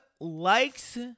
likes